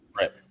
Right